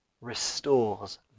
restores